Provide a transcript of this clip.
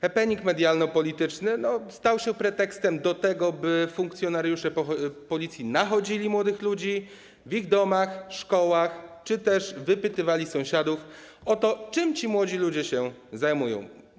Happening medialno-polityczny stał się pretekstem do tego, by funkcjonariusze Policji nachodzili młodych ludzi w ich domach, szkołach czy też wypytywali sąsiadów o to, czym ci młodzi ludzie się zajmują.